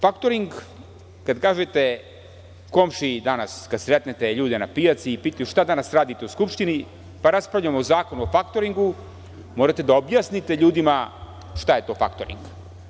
Faktoring, kada kažete komšiji danas, kada se sretnete na pijaci, pita vas šta danas radite u Skupštini, raspravljamo zakon o faktoringu, morate da objasnite ljudima šta je to faktoring.